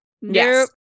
Yes